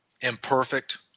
imperfect